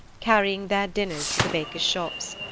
carrying their dinners to the bakers' shops.